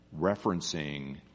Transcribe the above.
referencing